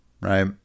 Right